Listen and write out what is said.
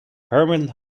herman